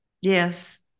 Yes